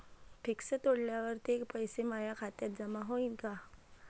Fix तोडल्यावर ते पैसे माया खात्यात जमा होईनं का?